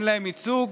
אין להם ייצוג,